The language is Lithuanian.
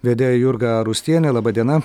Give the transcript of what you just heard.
vedėja jurga rusienė laba diena